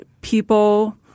people